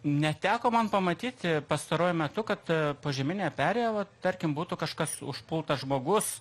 neteko man pamatyti pastaruoju metu kad požeminė perėja va tarkim būtų kažkas užpultas žmogus